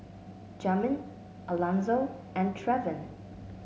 Jamin Alanzo and Trevin